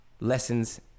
lessons